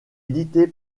édité